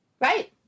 Right